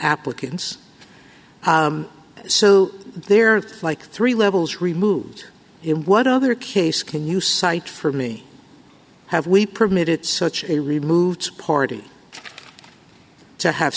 applicants so there are like three levels removed in what other case can you cite for me have we permitted such a removed party to have